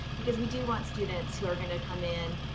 because we do want students who are gonna come in,